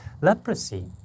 leprosy